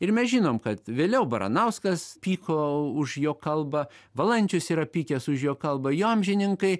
ir mes žinom kad vėliau baranauskas pyko už jo kalbą valančius yra pykęs už jo kalbą jo amžininkai